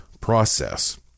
process